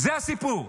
זה הסיפור.